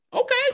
Okay